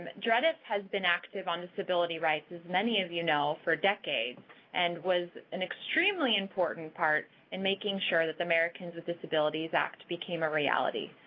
dredf has been active on disability rights, as many of you know, for decades and was an extremely important part in making sure that the americans with disabilities act became a reality.